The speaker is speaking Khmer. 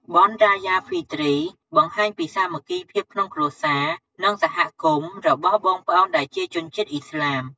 បុណ្យរ៉ាយ៉ា ហ្វីទ្រី បង្ហាញពីសាមគ្គីភាពក្នុងគ្រួសារ និងសហគមន៍របស់បងប្អូនដែលជាជនជាតិឥស្លាម។